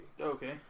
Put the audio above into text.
Okay